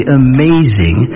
amazing